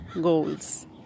goals